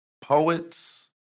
poets